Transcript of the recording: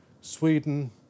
Sweden